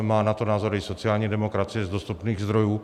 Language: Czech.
Má na to názor i sociální demokracie z dostupných zdrojů.